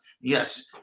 yes